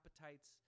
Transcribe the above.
appetites